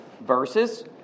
verses